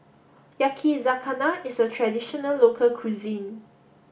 Yakizakana is a traditional local cuisine